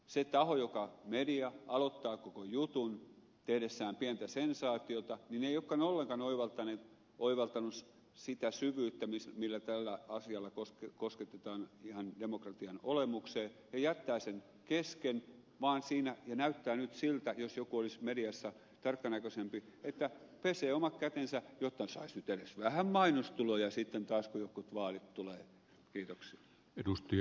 se taho media joka aloittaa koko jutun tehdessään pientä sensaatiota ei olekaan ollenkaan oivaltanut sitä syvyyttä millä tällä asialla kosketetaan ihan demokratian olemukseen ja jättää sen kesken ja näyttää nyt siltä että jos joku olisikin mediassa tarkkanäköisempi niin hän pesee omat kätensä jotta saisi nyt edes vähän mainostuloja sitten taas kun tulee jotkut vaalit